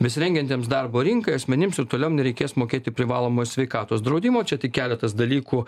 besirengiantiems darbo rinkai asmenims ir toliau nereikės mokėti privalomojo sveikatos draudimo čia tik keletas dalykų